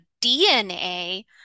DNA